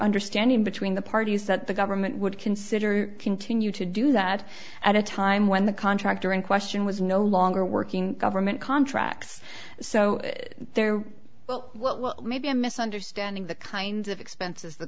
understanding between the parties that the government would consider continue to do that at a time when the contractor in question was no longer working government contracts so they're well well maybe i'm misunderstanding the kinds of expenses the